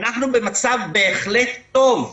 אנחנו במצב בהחלט טוב,